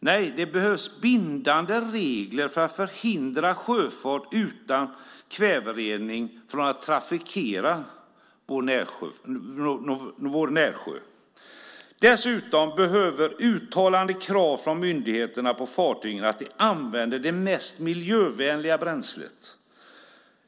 Nej, det behövs bindande regler för att förhindra sjöfart utan kväverening från att trafikera vår närsjö. Dessutom behövs uttalade krav från myndigheterna på fartygen att de använder det mest miljövänliga bränslet.